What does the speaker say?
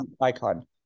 Icon